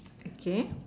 okay